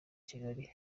kigali